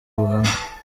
ubuhamya